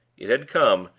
it had come,